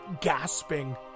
gasping